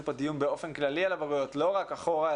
פה דיון כללי על הבגרויות לא רק אחורה,